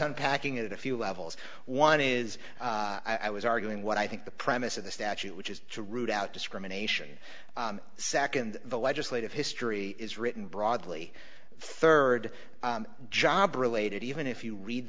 unpacking at a few levels one is i was arguing what i think the premise of the statute which is to root out discrimination second the legislative history is written broadly third job related even if you read